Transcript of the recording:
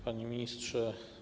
Panie Ministrze!